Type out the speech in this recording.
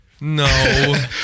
No